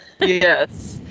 yes